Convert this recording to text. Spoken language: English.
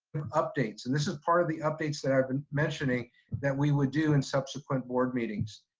updates. and this is part of the updates that i've been mentioning that we would do in subsequent board meetings.